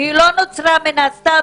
והיא לא נוצרה סתם,